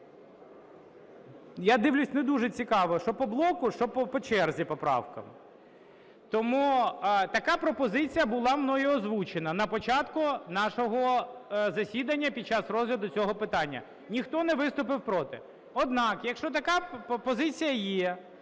Я дивлюсь, не дуже цікаво, що по блоку, що по черзі по правкам. Тому така пропозиція була мною озвучена на початку нашого засідання під час розгляду цього питання, ніхто не виступив проти. Однак, якщо така позиція є,